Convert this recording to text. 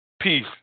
peace